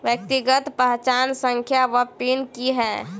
व्यक्तिगत पहचान संख्या वा पिन की है?